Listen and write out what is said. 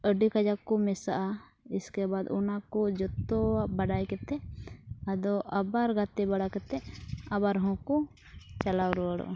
ᱟᱹᱰᱤ ᱠᱟᱡᱟᱠ ᱠᱚ ᱢᱮᱥᱟᱜᱼᱟ ᱤᱥᱠᱮᱵᱟᱫ ᱚᱱᱟ ᱠᱚ ᱡᱚᱛᱚᱣᱟᱜ ᱵᱟᱰᱟᱭ ᱠᱟᱛᱮ ᱟᱫᱚ ᱟᱵᱟᱨ ᱜᱟᱛᱮ ᱵᱟᱲᱟ ᱠᱟᱛᱮ ᱟᱵᱟᱨ ᱦᱚᱸ ᱠᱚ ᱪᱟᱞᱟᱣ ᱨᱩᱣᱟᱹᱲᱚᱜᱼᱟ